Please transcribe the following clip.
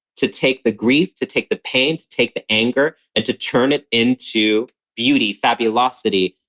to take the grief, to take the pain, to take the anger and to turn it into beauty, fabulosity,